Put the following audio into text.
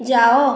ଯାଅ